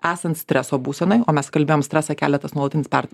esan streso būsenoj o mes kalbėjom stresą kelia tas nuolatinis per